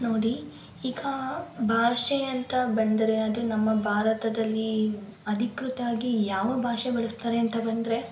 ನೋಡಿ ಈಗ ಭಾಷೆ ಅಂತ ಬಂದರೆ ಅದು ನಮ್ಮ ಭಾರತದಲ್ಲಿ ಅಧಿಕೃತವಾಗಿ ಯಾವ ಭಾಷೆ ಬಳಸ್ತಾರೆ ಅಂತ ಬಂದರೆ